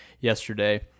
yesterday